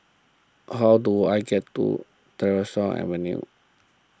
how do I get to Tyersall Avenue